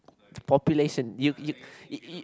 population you you yo~